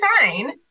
fine